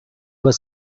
were